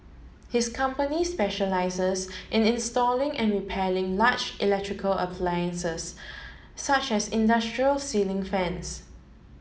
his company specialises in installing and repairing large electrical appliances such as industrial ceiling fans